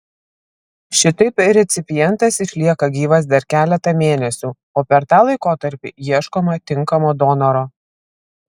šitaip recipientas išlieka gyvas dar keletą mėnesių o per tą laikotarpį ieškoma tinkamo donoro